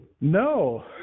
No